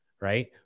Right